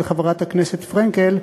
של חברת הכנסת פרנקל,